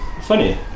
funny